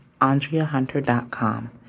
andreahunter.com